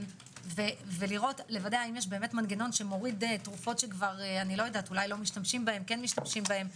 ולוודא האם יש מנגנון שמוריד תרופות שאולי לא משתמשים בהן,